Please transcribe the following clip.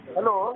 Hello